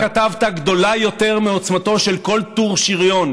כתבת גדולה יותר מעוצמתו של כל טור שריון